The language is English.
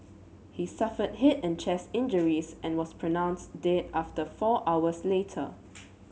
he suffered head and chest injuries and was pronounced dead after four hours later